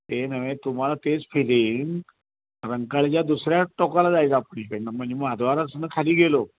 ते नव्हे तुम्हाला तेच फिलींग रंगळ्याच्या दुसऱ्या टोकाला जायचं आपण इकडून म्हणजे महाद्वारापासून खाली गेलो